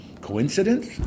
Coincidence